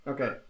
Okay